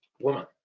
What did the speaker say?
woman